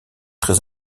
très